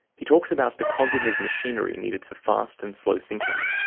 he talks about the cognitive machinery needed for fast and slow thinking,